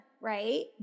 right